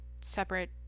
separate